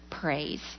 Praise